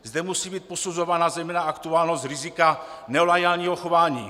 Zde musí být posuzována zejména aktuálnost rizika neloajálního chování.